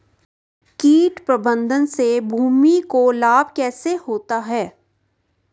कीट प्रबंधन से भूमि को लाभ कैसे होता है?